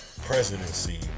Presidency